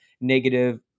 negative